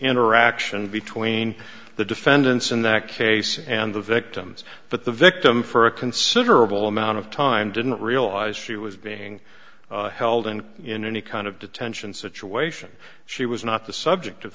interaction between the defendants in that case and the victims but the victim for a considerable amount of time didn't realise she was being held and in any kind of detention situation she was not the subject of